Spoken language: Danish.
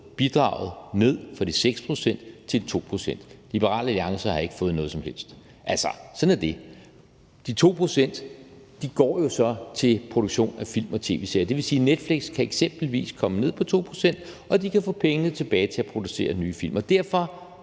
bidraget ned fra de 6 pct. til de 2 pct. Liberal Alliance har ikke fået noget som helst. Altså, sådan er det. De 2 pct. går jo så til produktion af film og tv-serier. Det vil sige, at Netflix eksempelvis kan komme ned på 2 pct., og de kan få pengene tilbage til at producere nye film. Derfor